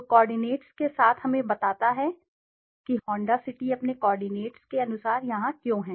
तो कोऑर्डिनेट्स के साथ हमें बताता है कि होंडा सिटी अपने कोऑर्डिनेट्स के अनुसार यहां क्यों है